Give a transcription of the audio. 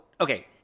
okay